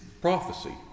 prophecy